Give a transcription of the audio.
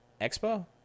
Expo